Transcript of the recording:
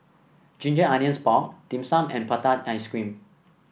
Ginger Onions Pork Dim Sum and Prata Ice Cream